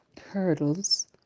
hurdles